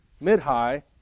Mid-High